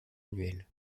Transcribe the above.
annuel